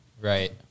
Right